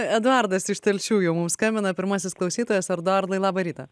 eduardas iš telšių jau mums skambina pirmasis klausytojas eduardai labą rytą